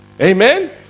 Amen